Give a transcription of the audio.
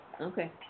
Okay